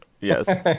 yes